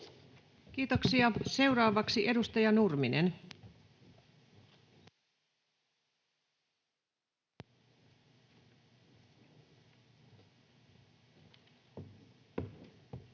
Kiitoksia. — Seuraavaksi edustaja Meriluoto.